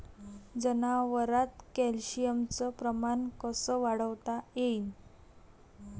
जनावरात कॅल्शियमचं प्रमान कस वाढवता येईन?